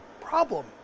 problem